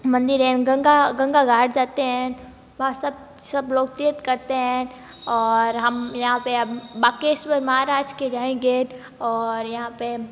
मंदिर है गंगा गंगा घाट जाते हैं वहाँ सब सब लोग तीर्थ करते हैं और हम यहाँ पर हम बाकेश्वर महाराज के जाएँगे और यहाँ पर